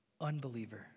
Unbeliever